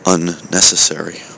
unnecessary